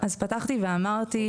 אז פתחתי ואמרתי,